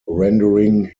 rendering